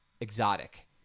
exotic